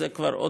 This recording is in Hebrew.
עוד פעם,